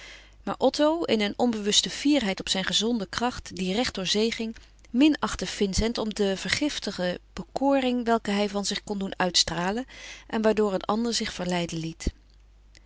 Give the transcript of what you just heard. maar otto in een onbewuste fierheid op zijn gezonde kracht die recht door zee ging minachtte vincent om de vergiftige bekoring welke hij van zich kon doen uitstralen en waardoor een ander zich verleiden liet